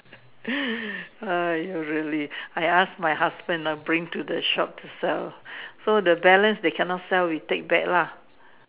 !aiyo! really I ask my husband lah bring to the shop to sell so the balance they can not sell we take back lah